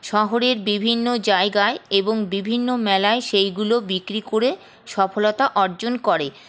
শহরের বিভিন্ন জায়গায় এবং বিভিন্ন মেলায় সেইগুলো বিক্রি করে সফলতা অর্জন করে